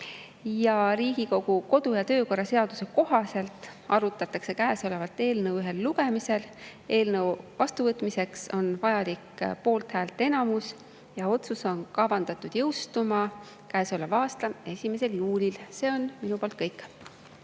Riigikogu kodu- ja töökorra seaduse kohaselt arutatakse käesolevat eelnõu ühel lugemisel. Eelnõu vastuvõtmiseks on vajalik poolthäälteenamus. Otsus on kavandatud jõustuma käesoleva aasta 1. juulil. See on minu poolt kõik.